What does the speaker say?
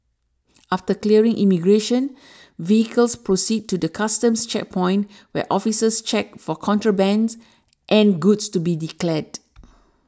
after clearing immigration vehicles proceed to the Customs checkpoint where officers check for contrabands and goods to be declared